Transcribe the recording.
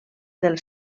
del